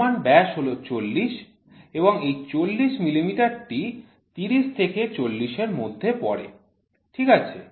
প্রমাণ ব্যাস হল ৪০ এবং এই ৪০ মিলিমিটার টি ৩০ থেকে ৫০ এর মধ্যে পড়ে ঠিক আছে